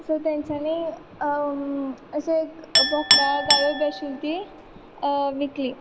so तेंच्यानी असो एक बोकडां गायो बी आशिल्ली ती विकली